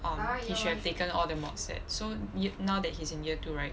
on he should have taken all the mods eh so now that he's in year two right